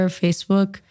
facebook